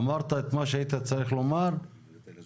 אמרת את מה שהיית צריך לומר וזהו.